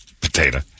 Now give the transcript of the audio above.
Potato